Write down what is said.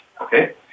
okay